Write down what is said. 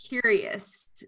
curious